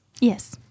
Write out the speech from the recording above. Yes